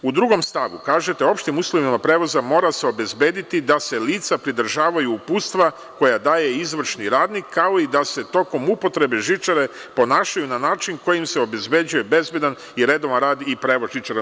U drugom stavu, kažete: „Opštim uslovima prevoza mora se obezbediti da se lica pridržavaju uputstva koja daje izvršni radnik, kao i da se tokom upotrebe žičare ponašaju na način kojim se obezbeđuje bezbedan i redovan rad i prevoz žičara“